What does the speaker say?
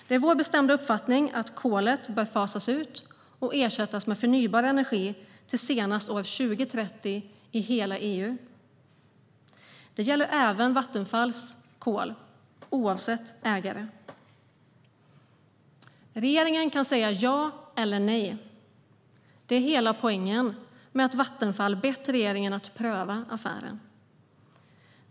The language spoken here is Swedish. Det är vår bestämda uppfattning att kolet bör fasas ut och ersättas med förnybar energi till senast år 2030 i hela EU. Det gäller även Vattenfalls kol, oavsett ägare. Regeringen kan säga ja eller nej. Det är hela poängen med att Vattenfall bett regeringen att pröva affären.